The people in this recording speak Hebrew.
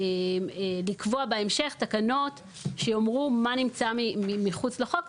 לקבוע בהמשך תקנות שיאמרו מה נמצא מחוץ לחוק.